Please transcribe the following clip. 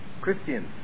Christians